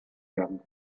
werden